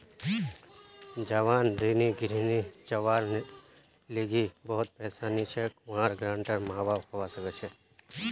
जवान ऋणी जहार लीगी बहुत पैसा नी छे वहार गारंटर माँ बाप हवा सक छे